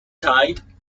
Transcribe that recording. tide